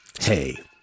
Hey